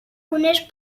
unes